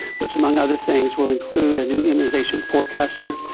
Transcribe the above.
which among other things will include a new immunization forecaster,